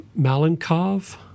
Malenkov